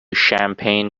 champaign